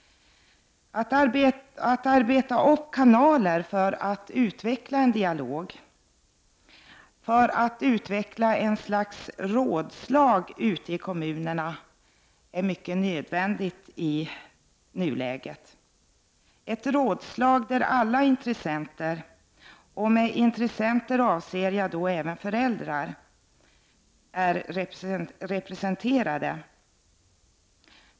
Att arbeta upp kanaler för att utveckla en dialog, för att utveckla ett slags ”rådslag” i kommunerna är nödvändigt i nuläget. Det gäller då ett ”rådslag” där alla intressenter — med intressenter avser jag även föräldrar — är representerade.